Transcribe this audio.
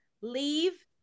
leave